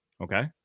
okay